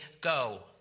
go